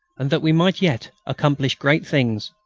and that we might yet accomplish great things.